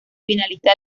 finalista